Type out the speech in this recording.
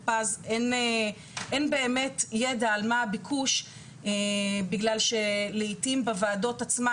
פז אין באמת ידע על מה הביקוש בגלל שלעיתים בוועדות עצמם